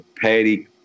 Patty –